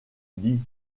dit